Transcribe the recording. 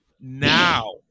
Now